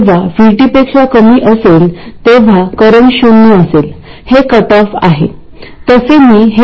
ह्या व्होल्टेज ची तपासनी करूनही आपण हे समजू शकतो